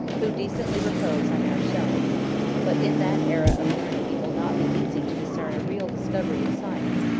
who decently repose on our shelves but in that aera of learning it will not be easy to discern a real discovery of science,